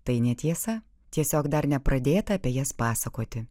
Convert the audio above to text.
tai netiesa tiesiog dar nepradėta apie jas pasakoti